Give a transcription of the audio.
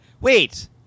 Wait